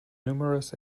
numerous